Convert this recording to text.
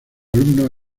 alumno